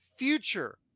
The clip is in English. Future